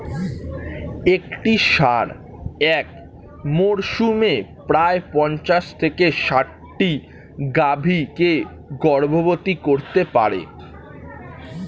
একটি ষাঁড় এক মরসুমে প্রায় পঞ্চাশ থেকে ষাটটি গাভী কে গর্ভবতী করতে পারে